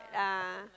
ah